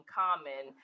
common